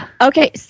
Okay